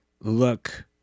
look